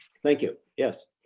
thank you. yes.